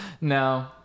No